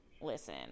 listen